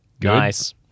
Nice